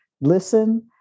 listen